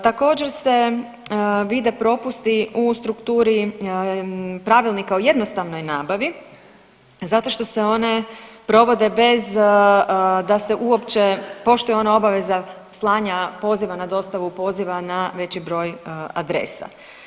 Također se vide propusti u strukturi Pravilnika o jednostavnoj nabavi zato što se one provode bez da se uopće poštuje ona obaveza slanja poziva na dostavu poziva na veći broj adresa.